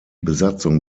besatzung